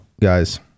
guys